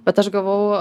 bet aš gavau